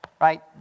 right